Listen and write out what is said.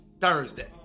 Thursday